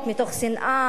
מתוך שנאה.